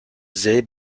sehr